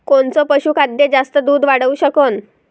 कोनचं पशुखाद्य जास्त दुध वाढवू शकन?